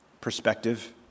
perspective